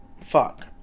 Fuck